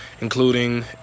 including